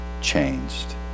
changed